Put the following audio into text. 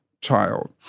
child